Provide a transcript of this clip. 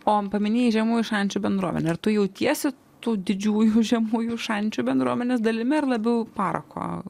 o paminėjai žemųjų šančių bendruomenę ar tu jautiesi tų didžiųjų žemųjų šančių bendruomenės dalimi ar labiau parako